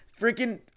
Freaking